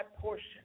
portion